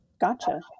Gotcha